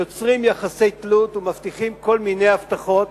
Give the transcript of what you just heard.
יוצרים יחסי תלות ומבטיחים כל מיני הבטחות